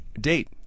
Date